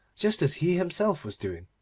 just as he himself was doing.